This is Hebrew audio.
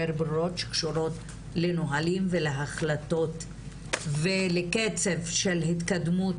ברורות שקשורות לנהלים ולהחלטות ולקצב של התקדמות